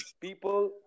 people